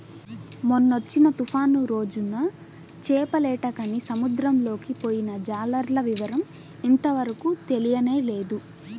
మొన్నొచ్చిన తుఫాను రోజున చేపలేటకని సముద్రంలోకి పొయ్యిన జాలర్ల వివరం ఇంతవరకు తెలియనేలేదు